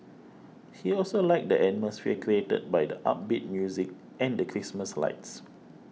he also liked the atmosphere created by the upbeat music and the Christmas lights